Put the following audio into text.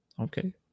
okay